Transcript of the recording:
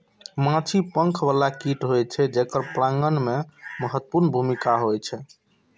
माछी पंख बला कीट होइ छै, जेकर परागण मे महत्वपूर्ण भूमिका होइ छै